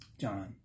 John